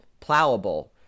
plowable